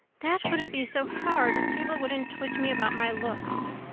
that wouldn't be so hard if people wouldn't twit me about my looks,